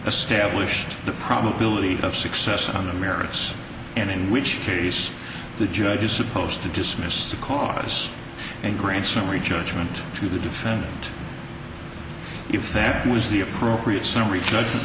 established the probability of success on the merits and in which case the judge is supposed to dismiss the cause and grant summary judgment to the defendant if that was the appropriate summary judgment